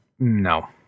No